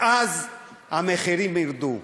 ואז המחירים ירדו.